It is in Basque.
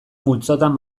multzotan